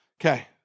Okay